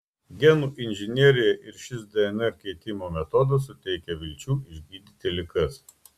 genų inžinerija ir šis dnr keitimo metodas suteikia vilčių išgydyti ligas